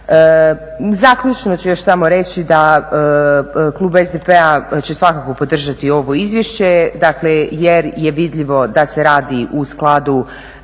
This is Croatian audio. Zaključno ću još samo reći da klub SDP-a će svakako podržati ovo izvješće dakle jer je vidljivo da se radi u skladu